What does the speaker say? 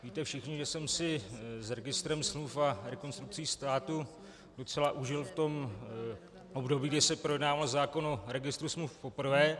Víte všichni, že jsem si s registrem smluv a Rekonstrukcí státu docela užil v období, kdy se projednával zákon o registru smluv poprvé.